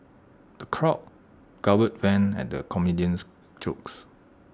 the crowd guffawed when at the comedian's jokes